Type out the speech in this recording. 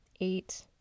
eight